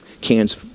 cans